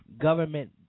government